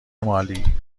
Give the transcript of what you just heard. مالی